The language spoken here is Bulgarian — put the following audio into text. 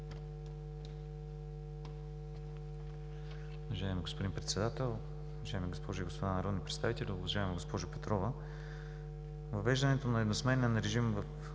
въвеждането на едносменен режим